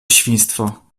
świństwo